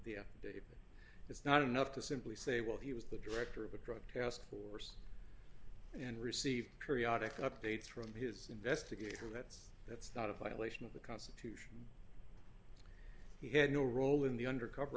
the day it's not enough to simply say well he was the director of a drug task force and received periodic updates from his investigator that's that's not a violation of the constitution he had no role in the undercover